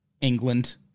England